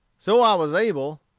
so i was able,